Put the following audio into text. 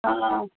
ହଁ